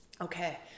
Okay